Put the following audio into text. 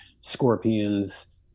scorpions